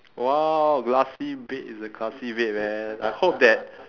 !wow! glassy bed is a classy bed man I hope that